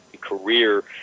career